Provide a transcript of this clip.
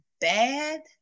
bad